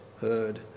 heard